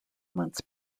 months